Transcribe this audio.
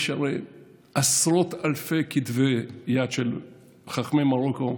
יש הרי עשרות אלפי כתבי יד של חכמי מרוקו,